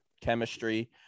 chemistry